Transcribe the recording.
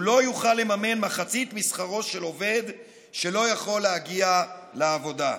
הוא לא יוכל לממן מחצית משכרו של עובד שלא יכול להגיע לעבודה.